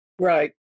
Right